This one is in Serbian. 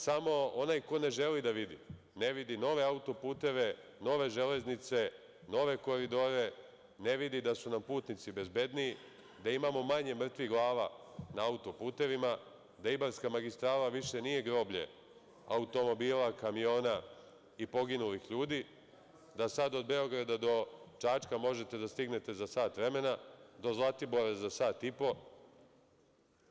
Samo onaj ko ne želi da vidi ne vidi nove auto-puteve, nove železnice, nove koridore, ne vidi da su nam putnici bezbedniji, da imamo manje mrtvih glava na auto-putevima, da Ibarska magistrala više nije groblje automobila, kamiona i poginulih ljudi, da sad od Beograda do Čačka možete da stignete za sat vremena, do Zlatibora za sat i po.